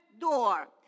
door